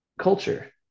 culture